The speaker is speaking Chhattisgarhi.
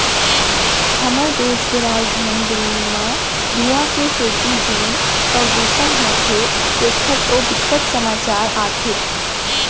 हमर देस के राजधानी दिल्ली म धुंआ के सेती जेन परदूसन होथे तेखर तो बिकट समाचार आथे